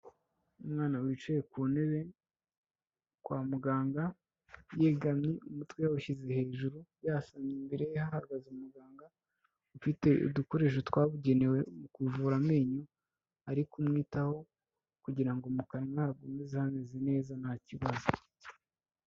Umwana wicaye ku ntebe kwa muganga yegamye umutwe yawushyize hejuru yasamye, imbere ye hahagaze umuganga ufite udukoresho twabugenewe mu kuvura amenyo, ari kumwitaho kugirango mukanwa hakomeza hamezeze neza nta kibazo.